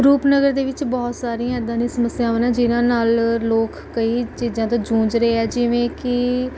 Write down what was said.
ਰੂਪਨਗਰ ਦੇ ਵਿੱਚ ਬਹੁਤ ਸਾਰੀਆਂ ਏਦਾਂ ਦੀਆਂ ਸਮੱਸਿਆਵਾਂ ਨੇ ਜਿਨ੍ਹਾਂ ਨਾਲ ਲੋਕ ਕਈ ਚੀਜ਼ਾਂ ਤੋਂ ਜੂ਼ਝ ਰਹੇ ਆ ਜਿਵੇਂ ਕਿ